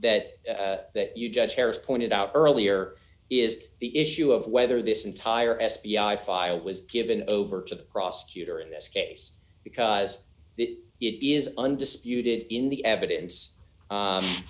that you judge harris pointed out earlier is the issue of whether this entire f b i file was given over to the prosecutor in this case because it is undisputed in the evidence